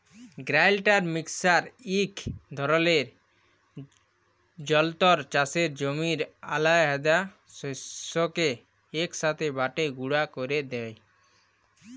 grinder mixer ইক ধরলের যল্তর চাষের জমির আলহেদা শস্যকে ইকসাথে বাঁটে গুঁড়া ক্যরে দেই